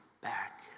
back